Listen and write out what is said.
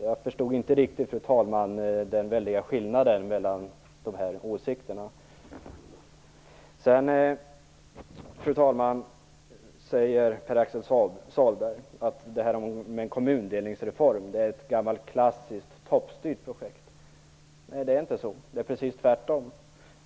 Jag förstår inte riktigt den väldiga skillnaden mellan dessa skrivningar. Fru talman! Pär-Axel Sahlberg säger att en kommundelningsreform är ett gammalt klassiskt toppstyrt projekt. Nej, det är inte så. Det är precis tvärtom.